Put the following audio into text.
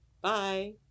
Bye